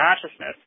consciousness